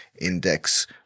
index